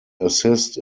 assist